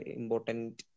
important